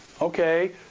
Okay